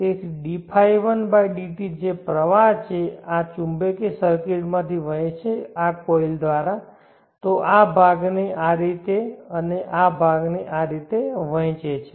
તેથી dϕ1 dt જે પ્રવાહ છે આ ચુંબકીય સર્કિટમાંથી વહે છે આ કોઇલ દ્વારા તે આ ભાગ ને આ રીતે અને આ ભાગ ને આ રીતે વહેંચે છે